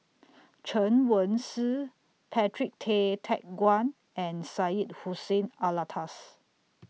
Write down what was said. Chen Wen Hsi Patrick Tay Teck Guan and Syed Hussein Alatas